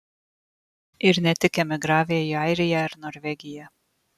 ir ne tik emigravę į airiją ar norvegiją